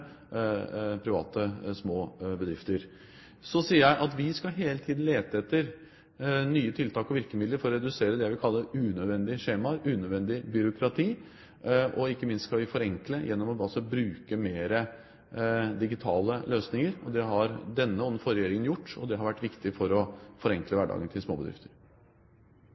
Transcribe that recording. private småbedrifter. Så sier jeg at vi hele tiden skal lete etter nye tiltak og virkemidler for å redusere det vi kaller unødvendige skjemaer, unødvendig byråkrati. Ikke minst skal vi forenkle gjennom å bruke flere digitale løsninger. Det har denne og den forrige regjeringen gjort, og det har vært viktig for å forenkle hverdagen til småbedrifter.